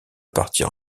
partir